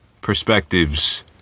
perspectives